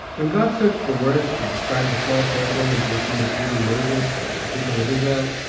when god searched for words to describe the small territory into which he was leading moses and the people of israel,